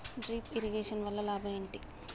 Drip irrigation వల్ల లాభం ఏంటి?